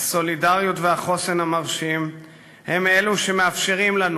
הסולידריות והחוסן המרשים הם אלו שמאפשרים לנו